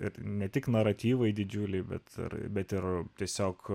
ir ne tik naratyvai didžiuliai bet bet ir tiesiog